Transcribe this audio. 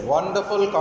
Wonderful